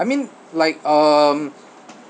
I mean like um